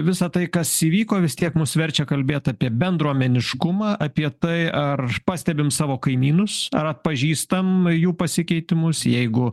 visa tai kas įvyko vis tiek mus verčia kalbėt apie bendruomeniškumą apie tai ar pastebim savo kaimynus ar atpažįstam jų pasikeitimus jeigu